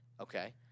Okay